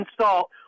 salt